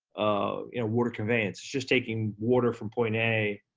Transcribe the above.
ah you know, water conveyance. it's just taking water from point a,